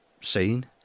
seen